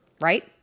right